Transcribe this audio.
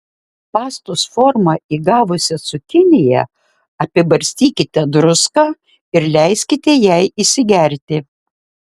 pastos formą įgavusią cukiniją apibarstykite druską ir leiskite jai įsigerti